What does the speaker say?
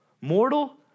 mortal